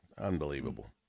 Unbelievable